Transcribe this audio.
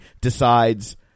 decides